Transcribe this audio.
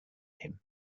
him